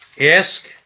ask